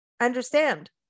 understand